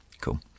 Cool